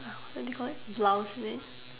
Ah what do you call it blouse is it